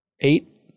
eight